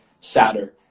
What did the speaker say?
sadder